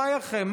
בחייכם,